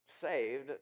saved